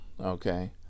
okay